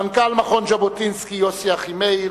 מנכ"ל מכון ז'בוטינסקי יוסי אחימאיר,